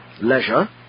leisure